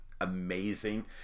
amazing